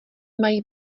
mají